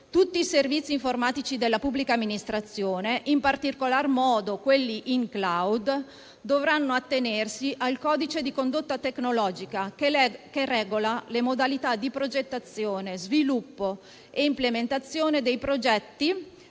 Tutti i servizi informatici della pubblica amministrazione, in particolar modo quelli *in cloud*, dovranno attenersi al codice di condotta tecnologica, che regola le modalità di progettazione, sviluppo e implementazione dei progetti,